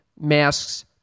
Masks